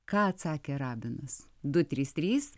ką atsakė rabinas du trys trys